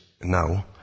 now